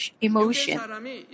emotion